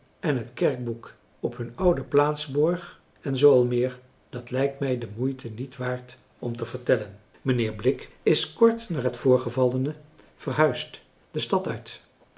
en het kerkboek op hun oude plaats borg en zoo al meer dat lijkt mij de moeite niet waard om te vertellen mijnheer blik is kort na het voorgevallene verhuisd de stad uit